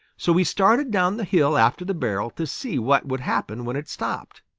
so he started down the hill after the barrel to see what would happen when it stopped.